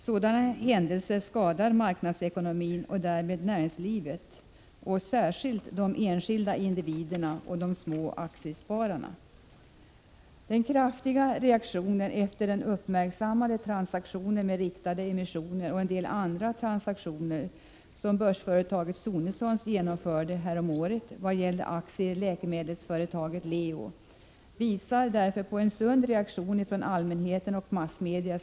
Sådana händelser skadar marknadsekonomin och därmed näringslivet — och särskilt de enskilda individerna och de mindre aktiespararna. Den kraftiga reaktionen efter den uppmärksammade transaktionen med riktade emissioner och en del andra transaktioner som börsföretaget Sonessons genomförde häromåret vad gäller aktier i läkemedelsföretaget Leo visar därför på en sund reaktion från allmänheten och massmedia.